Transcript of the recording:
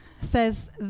says